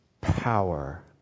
power